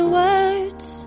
words